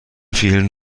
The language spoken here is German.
fehlen